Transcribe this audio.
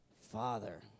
Father